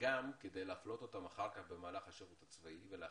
וגם כדי להפלות אותם אחר כך במהלך השירות הצבאי ולאחריו.